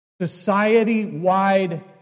society-wide